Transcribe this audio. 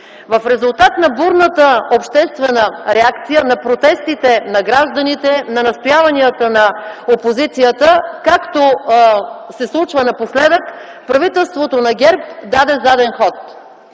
В резултат на бурната обществена реакция, на протестите на гражданите, на настояванията на опозицията, както се случва напоследък, правителството на ГЕРБ даде заден ход.